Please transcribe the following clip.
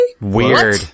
Weird